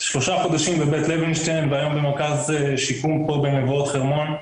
שלושה חודשים בבית לוינשטיין והיום במרכז שיקום פה במבואות חרמון,